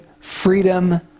freedom